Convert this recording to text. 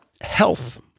Health